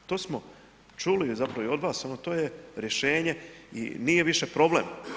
To smo čuli i zapravo i od vas, to je rješenje i nije više problem.